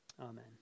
Amen